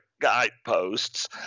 guideposts